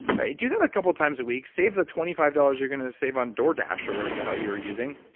do that a couple times a week, save the twenty five dollars you're going to save on door dash or whatever the hell you were using.